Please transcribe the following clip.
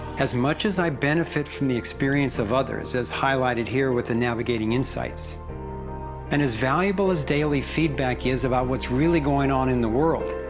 as much as i benefit from the experience of others as highlighted here with the navigating insights and as valuable as daily feedback is about what's really going on in the world,